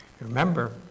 Remember